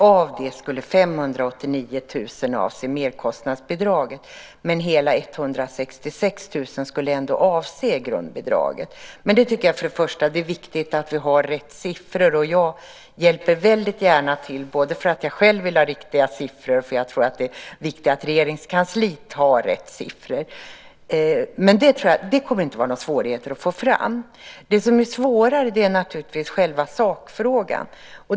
Av detta skulle 589 000 avse merkostnadsbidraget, men hela 166 000 skulle ändå avse grundbidraget. Jag tycker först och främst att det är viktigt att vi har rätt siffror, och jag hjälper gärna till. Jag vill ju själv ha riktiga siffror, och jag tror att det är viktigt att Regeringskansliet har rätt siffror. Det kommer inte att vara några svårigheter att få fram det. Det som är svårare är naturligtvis själva sakfrågan.